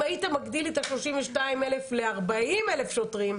אם היית מגדיל לי את זה -32,000 ל-40,000 שוטרים,